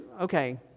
okay